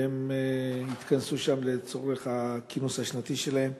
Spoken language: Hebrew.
והם התכנסו שם לצורך הכינוס השנתי שלהם.